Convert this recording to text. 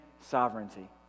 sovereignty